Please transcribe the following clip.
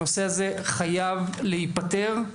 הנושא הזה חייב להיפתר.